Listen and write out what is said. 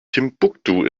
timbuktu